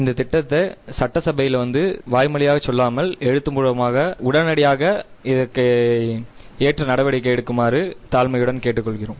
இந்த திட்டத்தை சட்டசபைல வந்து வாய்மொழியாக சொல்லாமல் எழுத்து மூலமாக உடனடியாக இயற்ற நடவடிக்கை எடுக்குமாறு தாழ்மையுடன் கேட்டுக் கொள்கிறோம்